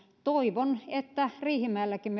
toivon että riihimäelläkin